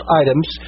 items